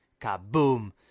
Kaboom